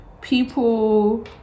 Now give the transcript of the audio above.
people